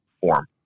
form